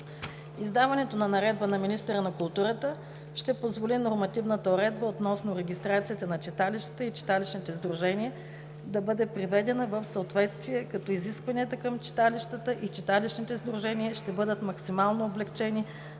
Издаването на наредба на министъра на културата ще позволи нормативната уредба относно регистрацията на читалищата и читалищните сдружения да бъде приведена в съответствие, като изискванията към читалищата и читалищните сдружения ще бъдат максимално облекчени